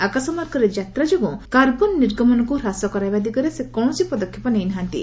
ଆକାଶମାର୍ଗରେ ଯାତ୍ରା ଯୋଗୁଁ କାର୍ବନ୍ ନିର୍ଗମନକୁ ହ୍ରାସ କରାଇବା ଦିଗରେ ସେ କୌଣସି ପଦକ୍ଷେପ ନେଇ ନାହାନ୍ତି